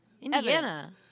Indiana